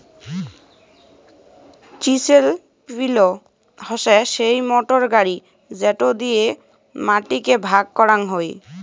chisel পিলও হসে সেই মোটর গাড়ি যেটো দিয়ে মাটি কে ভাগ করাং হই